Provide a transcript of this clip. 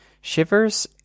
Shivers